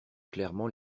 clairement